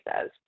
says